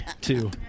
two